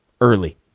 early